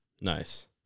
nice